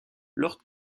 lord